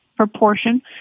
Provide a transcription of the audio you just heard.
proportion